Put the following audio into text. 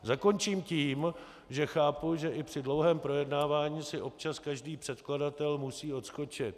Zakončím tím, že chápu, že i při dlouhém projednávání si občas každý předkladatel musí odskočit.